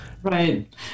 Right